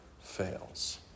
fails